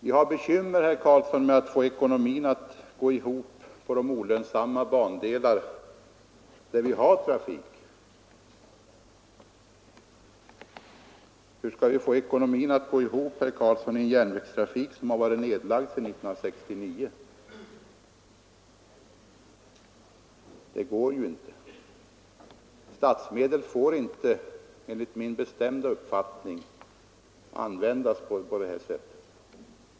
Vi har bekymmer, herr Carlsson, med att få ekonomin att gå ihop på de olönsamma bandelar där vi har trafik. Hur skall vi få ekonomin att gå ihop med en järnvägstrafik som varit nedlagd sedan 1969? Det går ju inte. Statsmedel får inte enligt min bestämda uppfattning användas på det sättet.